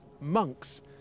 Monks